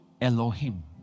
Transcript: Elohim